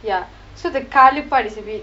ya so the காலு:kaalu part is a bit